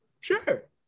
sure